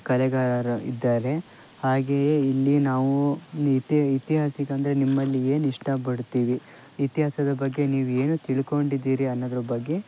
ಕಲೆಗಾರರು ಇದ್ದಾರೆ ಹಾಗೆಯೇ ಇಲ್ಲಿ ನಾವು ಇತಿ ಇತಿಹಾಸಿಕ ಅಂದರೆ ನಿಮ್ಮಲ್ಲಿ ಏನು ಇಷ್ಟಪಡ್ತೀವಿ ಇತಿಹಾಸದ ಬಗ್ಗೆ ನೀವು ಏನು ತಿಳ್ಕೊಂಡಿದ್ದೀರಿ ಅನ್ನೋದ್ರ ಬಗ್ಗೆ